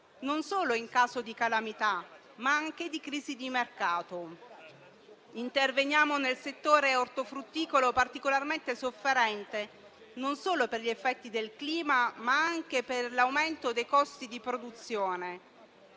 non solo di calamità, ma anche di crisi di mercato. Interveniamo nel settore ortofrutticolo, particolarmente sofferente non solo per gli effetti del clima, ma anche per l'aumento dei costi di produzione.